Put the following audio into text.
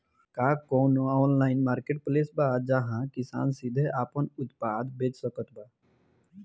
का कउनों online marketplace बा जहां किसान सीधे आपन उत्पाद बेच सकत बा?